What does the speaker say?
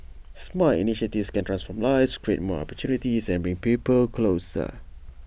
smart initiatives can transform lives create more opportunities and bring people closer